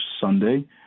Sunday